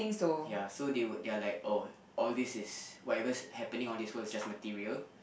ya so they will they're like oh all this is whatever happening on this world is just material